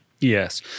Yes